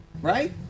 right